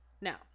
Now